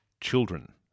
children